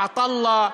עטאללה,